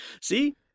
See